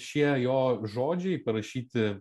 šie jo žodžiai parašyti